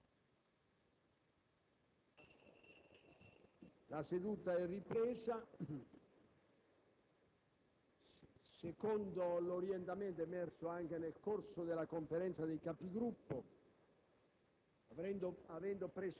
La seduta è ripresa. Secondo l'orientamento emerso anche nel corso della Conferenza dei Capigruppo,